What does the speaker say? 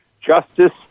justice